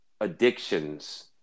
addictions